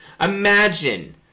Imagine